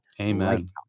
Amen